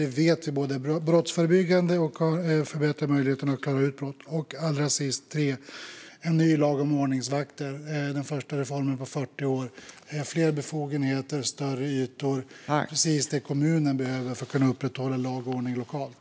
Detta vet vi är både brottsförebyggande och förbättrar möjligheten att klara upp brott. Det tredje är en ny lag om ordningsvakter, den första reformen på 40 år, med fler befogenheter och större ytor - precis det kommunen behöver för att kunna upprätthålla lag och ordning lokalt.